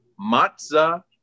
Matza